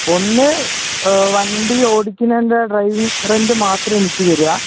ഒന്ന് വണ്ടി ഓടിക്കുന്നതിൻ്റെ ഡ്രൈവിംഗ് റെൻറ് മാത്രം എനിക്ക് തരിക